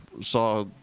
saw